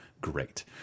great